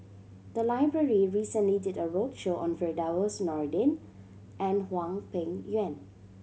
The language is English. the library recently did a roadshow on Firdaus Nordin and Hwang Peng Yuan